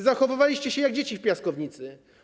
Zachowywaliście się jak dzieci w piaskownicy.